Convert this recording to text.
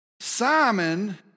Simon